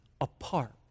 apart